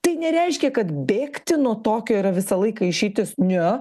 tai nereiškia kad bėgti nuo tokio yra visą laiką išeitis ne